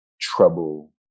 trouble